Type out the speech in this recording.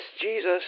Jesus